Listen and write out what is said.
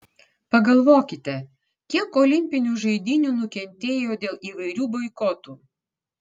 pagalvokite kiek olimpinių žaidynių nukentėjo dėl įvairių boikotų